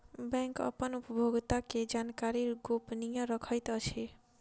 bank अपन उपभोगता के जानकारी गोपनीय रखैत अछि